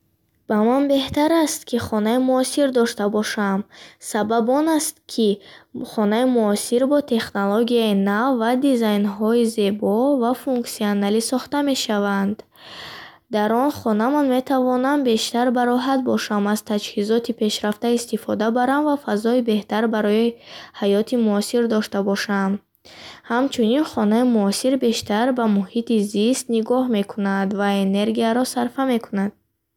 Барои ман беҳтар аст, ки хонаи муосир дошта бошам. Сабаб он аст, ки хонаи муосир бо технологияи нав ва дизайнҳои зебо ва функсионалӣ сохта мешаванд. Дар он хона ман метавонам бештар бароҳат бошам, аз таҷҳизоти пешрафта истифода барам ва фазои беҳтар барои ҳаёти муосир дошта бошам. Ҳамчунин, хонаи муосир бештар ба муҳити зист нигоҳ мекунад ва энергияро сарфа мекунад.